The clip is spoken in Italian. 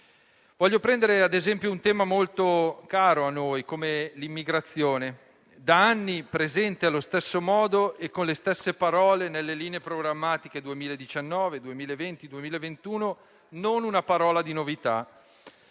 Voglio prendere ad esempio un tema molto caro a noi come l'immigrazione, da anni presente allo stesso modo e con le stesse parole nelle linee programmatiche 2019, 2020 e 2021, senza una parola di novità.